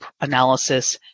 analysis